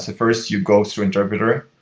so first, you go through interpreter.